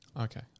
Okay